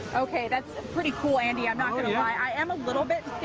okay. that's pretty cool, andy. i'm not going to lie. i am a little bit